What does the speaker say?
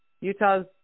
Utah's